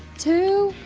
two,